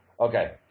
Okay